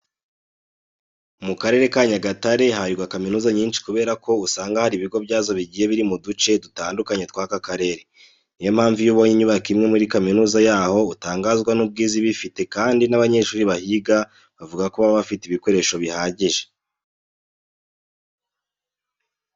Mu Karere ka Nyagatare habarirwa kaminuza nyinshi kubera ko usanga hari ibigo byazo bigiye biri mu duce dutandukanye tw'aka karere. Ni yo mpamvu iyo ubonye inyubako imwe muri kaminuza yaho, utangazwa n'ubwiza iba ifite kandi n'abanyeshuri bahiga bavuga ko baba bafite ibikoresho bihagije.